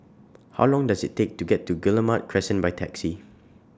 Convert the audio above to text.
How Long Does IT Take to get to Guillemard Crescent By Taxi